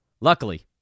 Luckily